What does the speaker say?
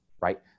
right